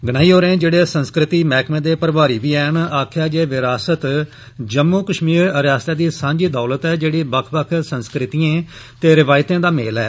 गनई होरें जेड़े संस्कृति महकमे दे प्रभारी बी हैन आक्खेया जे विरासत जम्मू कश्मीर रियासत दी सांझी दौलत ऐ जेड़ी बक्ख बक्ख संस्कृतियें ते रिवायतें दा मेल ऐ